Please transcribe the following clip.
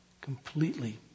Completely